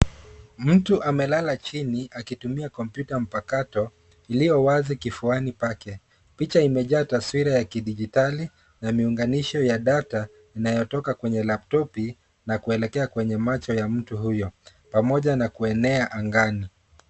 Mtu amelala chini akitumia kompyuta mpakato, iliyo wazi kifuani pake. Picha imejaa taswira ya kidijitali na miunganisho ya data , inayotoka kwenye laptopu, na kuelekea kwenye macho ya mtu huyo, pamoja na kuenea angani.